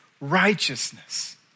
righteousness